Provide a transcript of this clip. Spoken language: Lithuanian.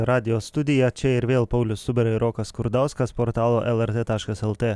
radijo studiją čia ir vėl paulius cubera ir rokas skurdauskas portalo lrt taškas lt